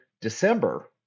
December